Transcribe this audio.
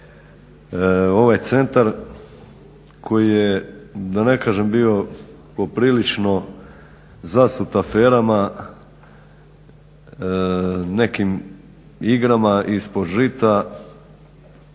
ovaj centar koji je da ne kažem bio poprilično zasut aferama, nekim igrama ispod žita